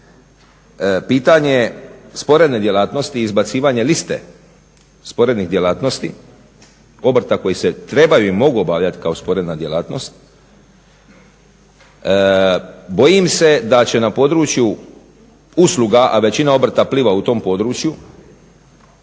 pitanje sporedne djelatnosti i izbacivanje liste sporednih djelatnosti, obrta koji se trebaju i mogu obavljati kao sporedna djelatnost bojim se da će na području usluga, a većina obrta pliva u tom području